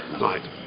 Right